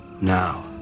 now